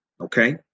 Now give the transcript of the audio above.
Okay